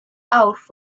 out